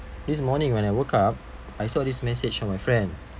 this morning when I woke up I saw this message from my friend